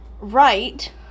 right